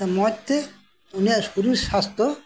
ᱢᱚᱸᱡ ᱛᱮ ᱩᱱᱤᱭᱟᱜ ᱥᱚᱨᱤᱨ ᱥᱟᱥᱛᱷᱚ